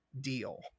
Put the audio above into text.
deal